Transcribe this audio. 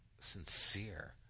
sincere